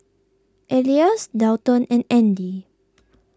Elias Dalton and andy